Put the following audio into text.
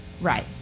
right